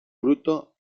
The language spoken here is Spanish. bruto